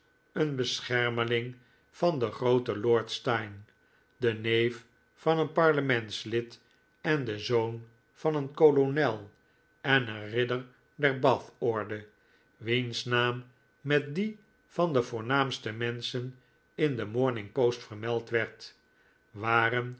een beschermeling van den grooten lord steyne de neef van een parlementslid en de zoon van een kolonel en een ridder der bath orde wiens naam met dien van de voornaamste menschen in de morning post vermeld werd waren